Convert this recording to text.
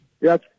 Yes